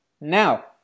Now